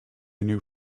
new